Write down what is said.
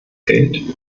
gilt